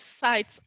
sites